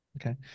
Okay